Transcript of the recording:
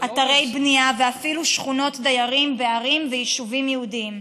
אתרי בנייה ואפילו שכונות דיירים בערים ויישובים יהודיים.